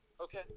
Okay